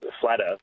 flatter